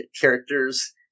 characters